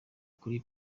kuri